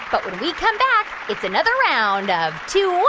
but when we come back, it's another round of two